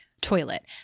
toilet